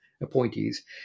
appointees